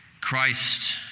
Christ